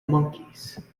monkees